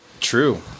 True